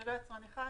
זה לא יצרן אחד,